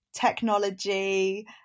technology